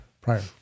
Prior